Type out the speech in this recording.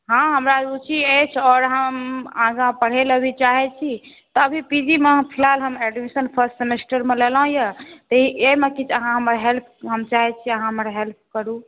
हॅं हमरा रुचि अछि आओर हम आगाँ पढ़ै ला भी चाहै छी तभी पी जी मे हम फिलहाल फर्स्ट सेमेस्टर मे लेलहुँ यऽ तऽ एहिमे किछु अहाँ हमर हेल्प हम चाहै छी अहाँ हमर हेल्प करु